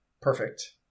perfect